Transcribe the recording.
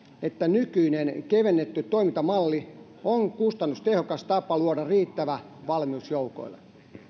että nykyinen kevennetty toimintamalli on kustannustehokas tapa luoda riittävä valmius joukoille